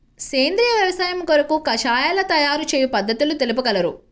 సేంద్రియ వ్యవసాయము కొరకు కషాయాల తయారు చేయు పద్ధతులు తెలుపగలరు?